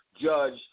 judge